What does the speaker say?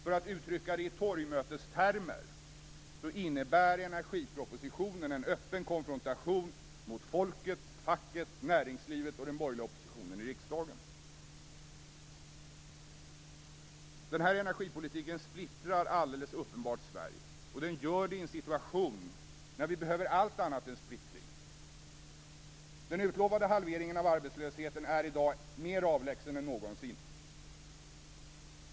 För att uttrycka det i torgmötestermer innebär energipropositionen en öppen konfrontation med folket, facket, näringslivet och den borgerliga oppositionen i riksdagen. Det är uppenbart att denna energipolitik splittrar Sverige i en situation när vi behöver allt annat än splittring. Den utlovade halveringen av arbetslösheten är i dag mer avlägsen än någonsin.